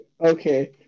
Okay